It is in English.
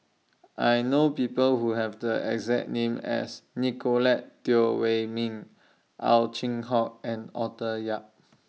I know People Who Have The exact name as Nicolette Teo Wei Min Ow Chin Hock and Arthur Yap